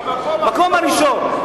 במקום הראשון.